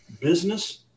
business